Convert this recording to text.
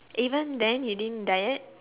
even then you didn't diet